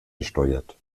gesteuert